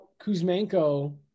Kuzmenko